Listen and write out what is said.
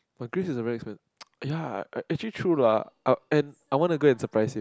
but Greece is a very expens~ ya actually true lah a~ and I want to go and surprise him